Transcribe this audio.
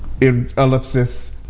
ellipsis